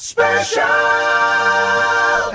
Special